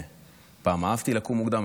פעם אהבתי לקום מוקדם,